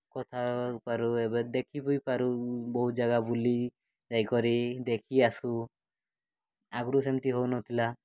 କଥା ହୋଇପାରୁ ଏବେ ଦେଖି ବି ପାରୁ ବହୁତ ଜାଗା ବୁଲି ଯାଇକରି ଦେଖି ଆସୁ ଆଗରୁ ସେମିତି ହେଉନଥିଲା